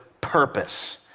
purpose